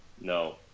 No